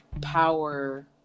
power